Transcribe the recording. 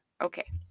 Okay